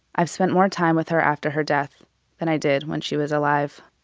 i've spent more time with her after her death than i did when she was alive.